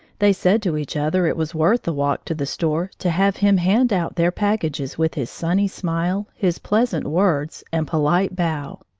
they said to each other it was worth the walk to the store to have him hand out their packages with his sunny smile, his pleasant words, and polite bow.